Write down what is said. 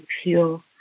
pure